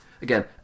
Again